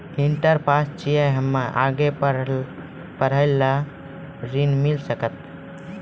Inter pass छी हम्मे आगे पढ़े ला ऋण मिल सकत?